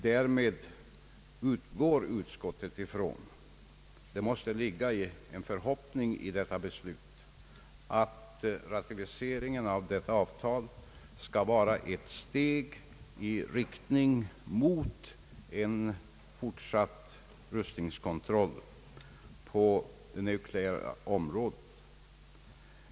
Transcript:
Därmed utgår utskottet ifrån — vilket innebär en förhoppning — att ratificeringen skall vara ett steg i riktning mot en fortsatt rustningskontroll på det nukleära området.